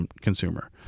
consumer